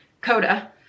coda